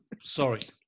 sorry